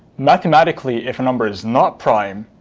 mathematically, if a number is not prime,